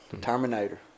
Terminator